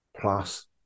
plus